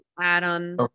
Adam